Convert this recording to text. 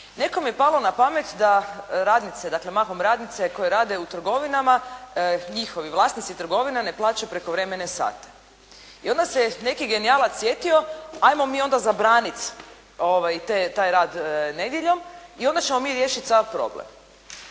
Nekom je palo na pamet da radnice, dakle mahom radnice koje rade u trgovinama njihovi vlasnici trgovina ne plaća prekovremene sate i onda se neki genijalac sjetio, 'ajmo mi zabraniti taj rad nedjeljom i onda ćemo mi riješiti sva problem.